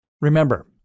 Remember